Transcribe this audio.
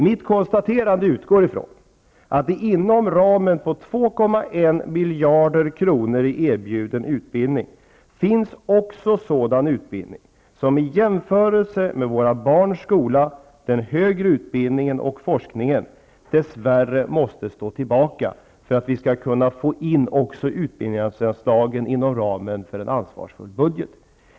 Mitt konstaterande utgår ifrån att det inom ramen på 2,1 miljarder kronor i erbjuden utbildning också finns sådan utbildning som i jämförelse med våra barns skola, den högre utbildningen och forskningen dess värre måste stå tillbaka, för att vi också skall kunna få in utbildningsanslagen inom ramen för en ansvarsfull budget.